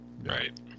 right